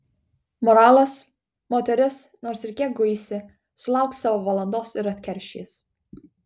moralas moteris nors ir kiek guisi sulauks savo valandos ir atkeršys